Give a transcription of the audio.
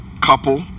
couple